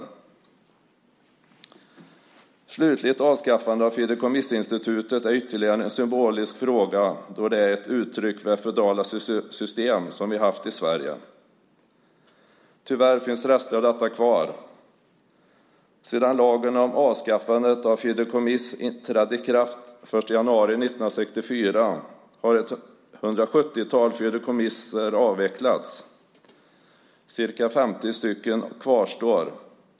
Ett slutligt avskaffande av fideikommissinstitutet är ytterligare en symbolisk fråga då detta är ett uttryck för det feodala system som vi haft i Sverige. Tyvärr finns det fortfarande rester av detta. Sedan lagen om avskaffandet av fideikommisset den 1 januari 1964 trädde i kraft har ett 170-tal fideikommiss avvecklats. Ca 50 fideikommiss kvarstår.